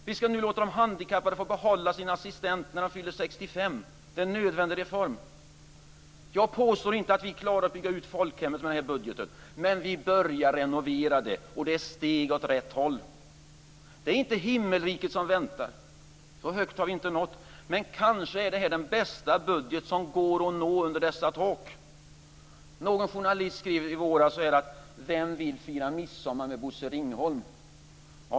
Vi ska nu låta de handikappade behålla sin assistent när de fyller 65 år. Det är en nödvändig reform. Jag påstår inte att vi klarar att bygga ut folkhemmet med den här budgeten, men vi börjar renovera det. Och det är steg åt rätt håll. Det är inte himmelriket som väntar - så högt har vi inte nått. Men kanske är det den bästa budget som går att uppnå under dessa tak. Någon journalist skrev i våras: Vem vill fira midsommar med Bosse Ringholm?